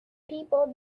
people